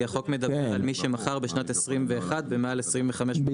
כי החוק מדבר על מי שמכר בשנת 2021 במעל 25 מיליון ₪